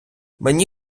мені